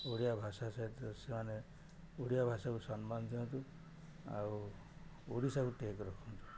ଓଡ଼ିଆ ଭାଷା ସହିତ ସେମାନେ ଓଡ଼ିଆ ଭାଷାକୁ ସମ୍ମାନ ଦିଅନ୍ତୁ ଓଡ଼ିଶାକୁ ଟେକ ରଖନ୍ତୁ